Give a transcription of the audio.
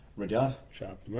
rudyard. chapman.